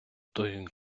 той